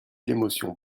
l’émotion